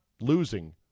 losing